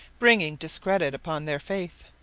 bringing discredit upon their faith.